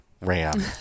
ram